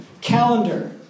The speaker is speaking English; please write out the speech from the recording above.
Calendar